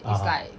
(uh huh)